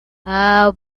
how